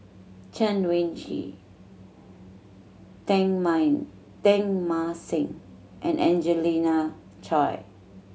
Chen Wen Hsi Teng Mine Teng Mah Seng and Angelina Choy